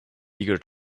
eager